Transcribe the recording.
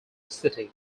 city